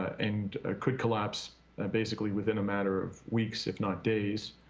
and could collapse basically within a matter of weeks, if not days.